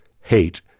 hate